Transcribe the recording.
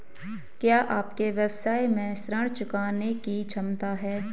क्या आपके व्यवसाय में ऋण चुकाने की क्षमता है?